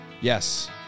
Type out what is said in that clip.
Yes